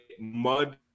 mud